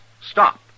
stop